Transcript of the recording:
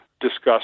discussed